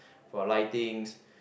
for lightings